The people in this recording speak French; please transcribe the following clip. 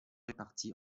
répartis